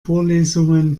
vorlesungen